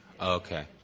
Okay